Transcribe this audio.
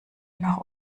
nach